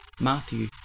Matthew